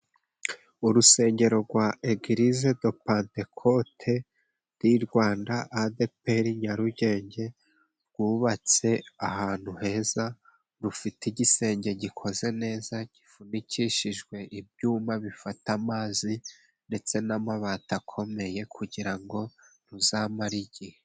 Urusengero rwa Egilise de Pentekote di Rwanda Adeperi Nyarugenge rwubatse ahantu heza, rufite igisenge gikoze neza, gifunikishijwe ibyuma bifata amazi ndetse n’amabati akomeye kugira ngo ruzamare igihe.